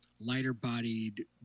lighter-bodied